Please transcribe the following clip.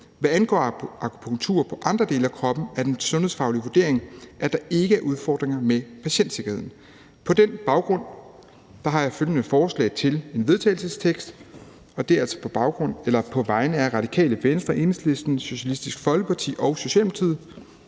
Hvad angår akupunktur på andre dele af kroppen, er den sundhedsfaglige vurdering, at der ikke er udfordringer med patientsikkerheden. På den baggrund har jeg følgende forslag til vedtagelse, som altså er på vegne af Radikale Venstre, Enhedslisten, Socialistisk Folkeparti og Socialdemokratiet.